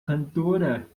cantora